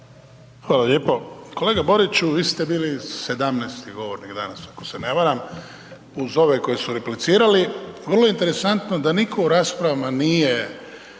Hvala lijepo. Kolega Boriću, vi ste bili 17. govornik danas ako se ne varam uz ove koji su replicirali, vrlo interesantno da niko u raspravama nije